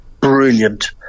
brilliant